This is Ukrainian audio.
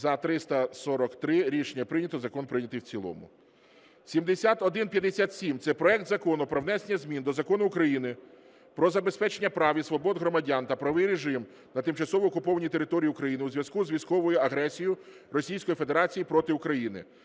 За – 343 Рішення прийнято. Закон прийнятий в цілому. 7157 – це проект Закону про внесення змін до Закону України "Про забезпечення прав і свобод громадян та правовий режим на тимчасово окупованій території України" у зв’язку з військовою агресією Російської Федерації проти України.